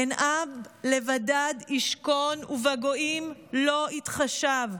"הן עם לבדד ישכֹן ובגוים לא יתחשב".